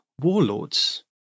warlords